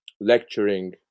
lecturing